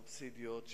סובסידיות,